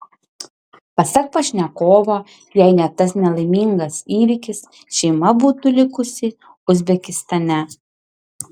pasak pašnekovo jei ne tas nelaimingas įvykis šeima būtų likusi uzbekistane